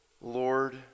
Lord